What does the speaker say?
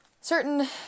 certain